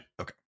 Okay